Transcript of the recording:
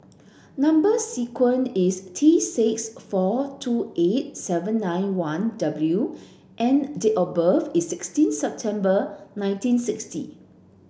number sequence is T six four two eight seven nine one W and date of birth is sixteen September nineteen sixty